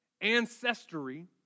ancestry